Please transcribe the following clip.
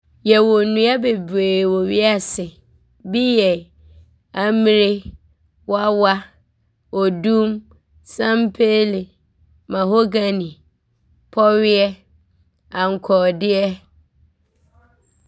Yɛwɔ nnua bebree wɔ wiase. Bi yɛ ammire, wawa, Odum, sampeele, mahogany, pɔweɛ, ankɔɔdeɛ.